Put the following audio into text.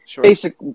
basic